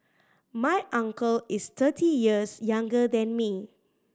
my uncle is thirty years younger than me